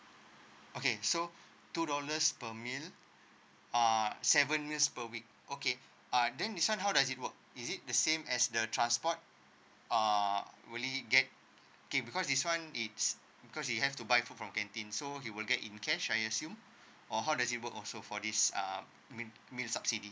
okay so two dollars per meal uh seven meals per week okay uh then this one how does it work is it the same as the transport uh really get okay because this one it's because he have to buy from canteen so he will get in cash I assume or how does it work also for this um meal meal subsidy